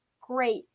great